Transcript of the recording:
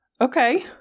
Okay